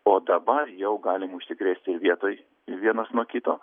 o dabar jau galim užsikrėsti ir vietoj vienas nuo kito